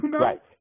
Right